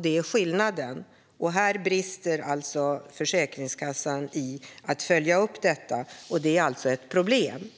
Det är skillnaden. Försäkringskassan brister i att följa upp detta, och det är ett problem.